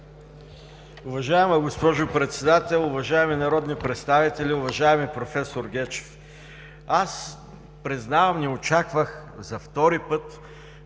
Уважаема госпожо Председател, уважаеми народни представители! Уважаеми проф. Гечев, признавам, не очаквах, за втори път